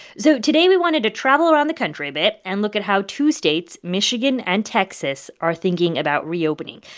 so today we wanted to travel around the country a bit and look at how two states, michigan and texas, are thinking about reopening.